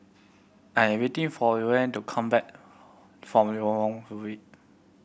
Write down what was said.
I am waiting for Lorine to come back from